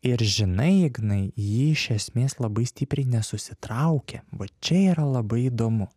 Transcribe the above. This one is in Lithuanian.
ir žinai ignai ji iš esmės labai stipriai nesusitraukė va čia yra labai įdomu